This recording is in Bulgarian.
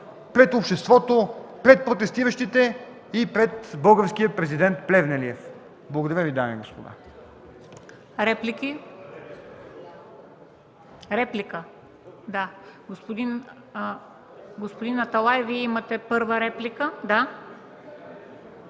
пред обществото, пред протестиращите и пред българския президент Плевнелиев. Благодаря Ви, дами и господа.